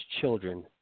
children